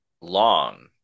long